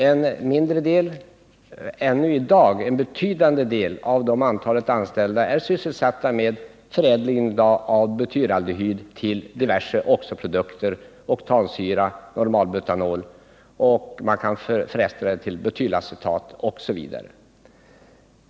En mindre del - men ännu i dag en betydande del — av de anställda är sysselsatta med förädling av butyraldehyd till diverse oxo-produkter: oktansyra, n-butanol osv.